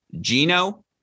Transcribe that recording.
Gino